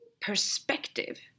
perspective